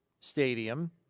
Stadium